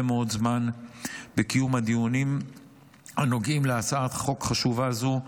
מאוד זמן בקיום הדיונים הנוגעים להצעת חוק חשובה זו,